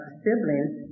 siblings